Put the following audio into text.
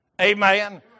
amen